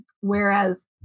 Whereas